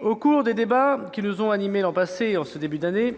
Au cours des débats qui nous ont animés l'an passé et en ce début d'année,